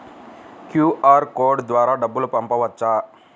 QR code ద్వారా డబ్బులు పంపవచ్చా?